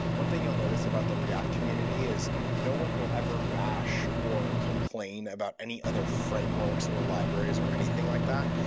one thing you'll notice about the react community is no one will ever bash or complain about any other frameworks or libraries or anything like that.